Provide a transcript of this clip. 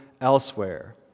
elsewhere